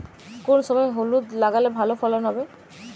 কোন সময় হলুদ লাগালে ভালো ফলন হবে?